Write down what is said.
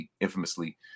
infamously